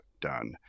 done